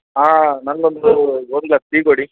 ಹಾಂ ನನಗೊಂದು one glass tea ಕೊಡಿ